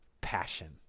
passion